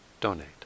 donate